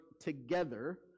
together